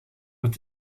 met